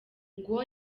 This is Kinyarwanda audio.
ngo